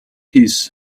his